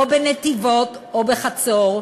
או בנתיבות, או בחצור,